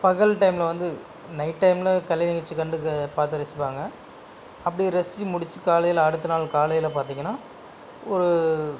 பகல் டைமில் வந்து நைட் டைமில் கலை நிகழ்ச்சி கண்டு பார்த்து ரசிப்பாங்க அப்படி ரசிச்சு முடிச்சு காலையில் அடுத்த நாள் காலையில் பார்த்தீங்கன்னா ஒரு